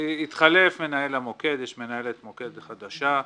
התחלף מנהל המוקד, יש מנהלת מוקד חדשה.